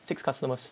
six customers